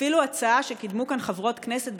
ואפילו הצעה שקידמו כאן חברות כנסת,